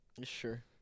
Sure